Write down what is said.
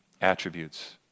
attributes